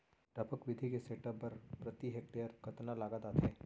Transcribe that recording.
टपक विधि के सेटअप बर प्रति हेक्टेयर कतना लागत आथे?